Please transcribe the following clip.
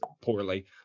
poorly